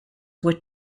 were